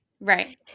right